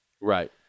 right